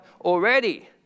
already